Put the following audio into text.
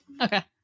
Okay